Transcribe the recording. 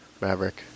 Maverick